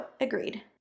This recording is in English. Agreed